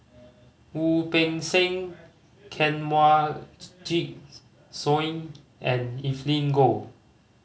Wu Peng Seng Kanwaljit Soin and Evelyn Goh